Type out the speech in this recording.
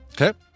Okay